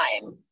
time